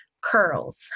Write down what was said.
curls